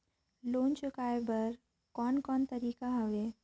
Loan चुकाए बर कोन कोन तरीका हवे?